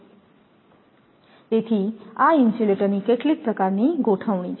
તેથી આ ઇન્સ્યુલેટરની કેટલીક પ્રકારની ગોઠવણી છે